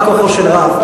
כבוד השר, מה כוחו של רב?